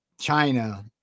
China